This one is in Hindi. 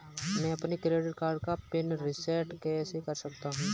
मैं अपने क्रेडिट कार्ड का पिन रिसेट कैसे कर सकता हूँ?